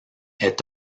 est